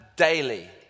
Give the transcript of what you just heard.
Daily